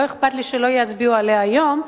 לא אכפת לי שלא יצביעו עליה היום,